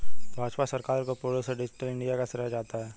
भाजपा सरकार को पूर्ण रूप से डिजिटल इन्डिया का श्रेय जाता है